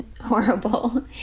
horrible